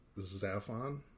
zaphon